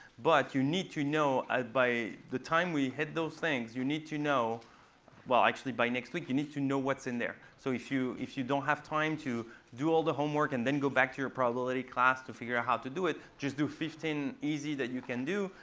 but you need to know, by the time we hit those things, you need to know well actually, by next week you need to know what's in there. so if you if you don't have time to do all the homework, and then go back to your probability class to figure out how to do it, just do fifteen easy that you can do.